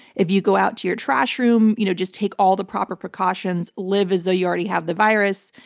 if you go out to your trash room, you know just take all the proper precautions. live as though you already have the virus.